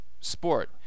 sport